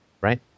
right